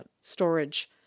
storage